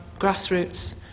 grassroots